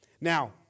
Now